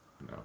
No